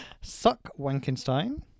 Suck-Wankenstein